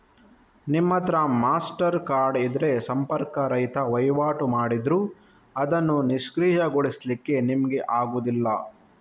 ನಿಮ್ಮತ್ರ Mastercard ಇದ್ರೆ ಸಂಪರ್ಕ ರಹಿತ ವೈವಾಟು ಮಾಡಿದ್ರೂ ಅದನ್ನು ನಿಷ್ಕ್ರಿಯಗೊಳಿಸ್ಲಿಕ್ಕೆ ನಿಮ್ಗೆ ಆಗುದಿಲ್ಲ